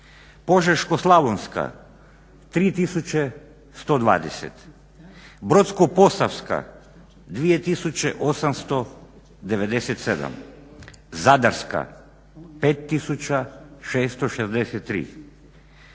Požeško-slavonska 3120, Brodsko-posavska 2897, Zadarska 5663,